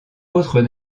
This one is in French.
autres